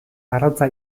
arrautza